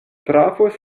trafos